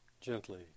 gently